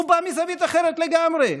הוא בא מזווית אחרת לגמרי.